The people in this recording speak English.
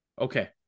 Okay